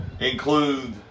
include